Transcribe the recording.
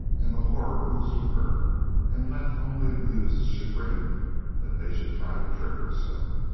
and the horror oozed from her and left only amused chagrin that they should try to trick her so.